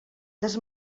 des